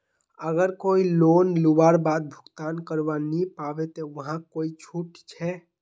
अगर कोई लोन लुबार बाद भुगतान करवा नी पाबे ते वहाक कोई छुट छे?